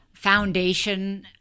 foundation